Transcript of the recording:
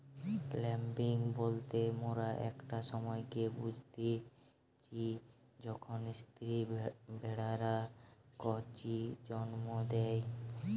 lambing বলতে মোরা একটা সময়কে বুঝতিচী যখন স্ত্রী ভেড়ারা কচি জন্ম দেয়